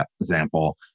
example